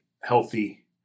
healthy